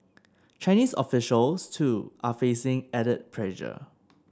Chinese officials too are facing added pressure